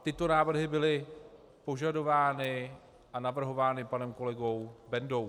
Tyto návrhy byly požadovány a navrhovány panem kolegou Bendou.